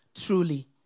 truly